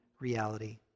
reality